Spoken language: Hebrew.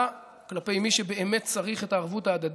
כלפי מי שבאמת צריך את הערבות ההדדית,